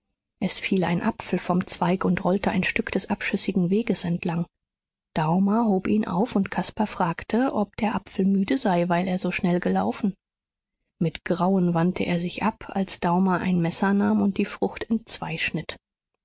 es fiel ein apfel vom zweig und rollte ein stück des abschüssigen weges entlang daumer hob ihn auf und caspar fragte ob der apfel müde sei weil er so schnell gelaufen mit grauen wandte er sich ab als daumer ein messer nahm und die frucht